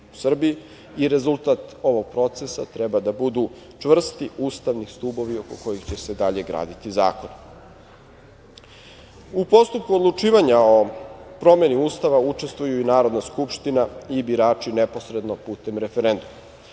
i rezultat ovog procesa treba da budu čvrsti ustavni stubovi oko kojih će se dalje graditi zakoni.U postupku odlučivanja o promeni Ustava učestvuju i Narodna skupština i birači neposredno putem referenduma.